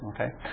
okay